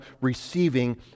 receiving